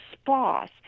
spas